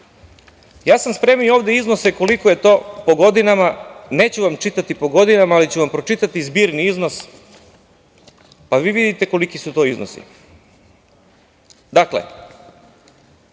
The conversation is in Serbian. sam ovde iznose koliko je to po godinama, neću vam čitati po godinama, ali ću vam pročitati zbirni iznos, pa vi vidite koliki su to iznosi. Dakle,